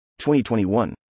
2021